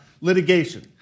litigation